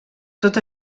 tot